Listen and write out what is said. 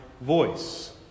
voice